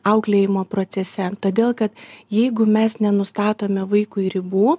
auklėjimo procese todėl kad jeigu mes nenustatome vaikui ribų